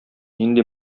нинди